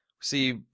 See